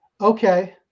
Okay